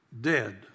dead